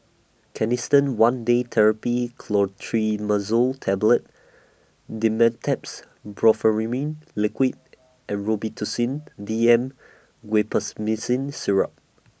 Canesten one Day Therapy Clotrimazole Tablet Dimetapp Brompheniramine Liquid and Robitussin D M Guaiphenesin Syrup